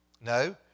No